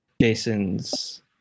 jason's